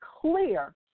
clear